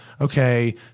okay